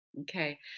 Okay